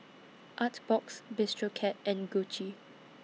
Artbox Bistro Cat and Gucci